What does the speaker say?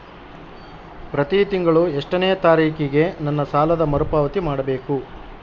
ಪ್ರತಿ ತಿಂಗಳು ಎಷ್ಟನೇ ತಾರೇಕಿಗೆ ನನ್ನ ಸಾಲದ ಮರುಪಾವತಿ ಮಾಡಬೇಕು?